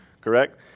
correct